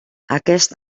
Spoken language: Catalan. aquest